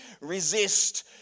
resist